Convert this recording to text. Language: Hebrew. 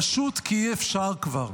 פשוט כי אי-אפשר כבר.